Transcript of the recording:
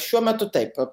šiuo metu taip